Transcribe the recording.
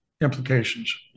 implications